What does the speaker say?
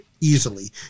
easily